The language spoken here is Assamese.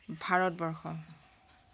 ভাৰতবৰ্ষ